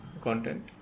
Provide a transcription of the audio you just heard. content